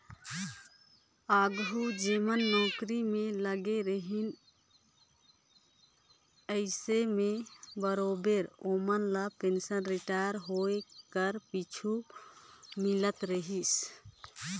आघु जेमन नउकरी में लगे रहिन अइसे में बरोबेर ओमन ल पेंसन रिटायर होए कर पाछू मिलत रहिस